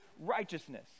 righteousness